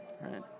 right